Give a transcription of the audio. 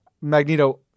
Magneto